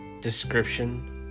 description